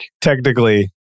Technically